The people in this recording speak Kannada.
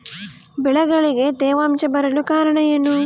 ಬೆಳೆಗಳಲ್ಲಿ ತೇವಾಂಶ ಬರಲು ಕಾರಣ ಏನು?